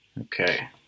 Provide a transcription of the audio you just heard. Okay